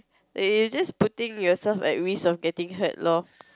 like you just putting yourself at risk of getting hurt loh